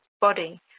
body